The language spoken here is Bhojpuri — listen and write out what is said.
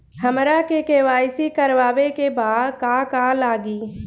हमरा के.वाइ.सी करबाबे के बा का का लागि?